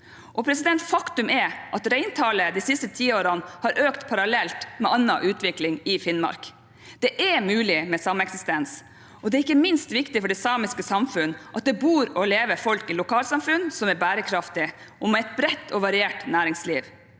Faktum er at reintallet de siste tiårene har økt parallelt med annen utvikling i Finnmark. Det er mulig med sameksistens, og det er ikke minst viktig for det samiske samfunn at det bor og lever folk i lokalsamfunn som er bærekraftige, og med et bredt og variert næringsliv.